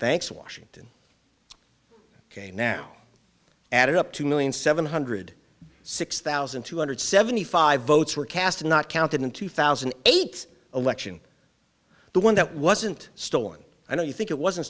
thanks washington ok now add it up two million seven hundred six thousand two hundred seventy five votes were cast and not counted in two thousand and eight election the one that wasn't stolen i know you think it wasn't